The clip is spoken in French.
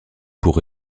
pour